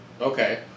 okay